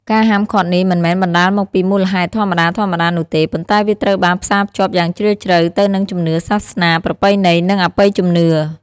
ការហាមឃាត់នេះមិនមែនបណ្ដាលមកពីមូលហេតុធម្មតាៗនោះទេ ប៉ុន្តែវាត្រូវបានផ្សារភ្ជាប់យ៉ាងជ្រាលជ្រៅទៅនឹងជំនឿសាសនា ប្រពៃណី និងអបិយជំនឿ។